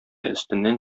өстеннән